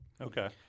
Okay